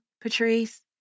Patrice